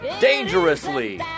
Dangerously